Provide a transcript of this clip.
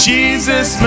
Jesus